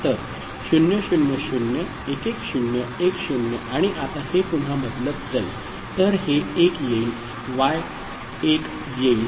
तर 00011010 आणि आता हे पुन्हा बदलत जाईल तर हे 1 येईल y1 येईल